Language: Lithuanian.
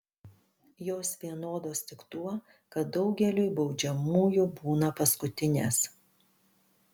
jos vienodos tik tuo kad daugeliui baudžiamųjų būna paskutinės